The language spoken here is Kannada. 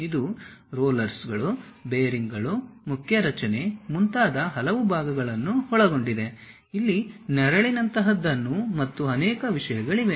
ಇದು ರೋಲರ್ಗಳು ಬೇರಿಂಗ್ಗಳು ಮುಖ್ಯ ರಚನೆ ಮುಂತಾದ ಹಲವು ಭಾಗಗಳನ್ನು ಒಳಗೊಂಡಿದೆ ಇಲ್ಲಿ ನೆರಳಿನಂತಹದ್ದು ಮತ್ತು ಅನೇಕ ವಿಷಯಗಳಿವೆ